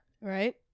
Right